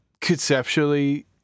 conceptually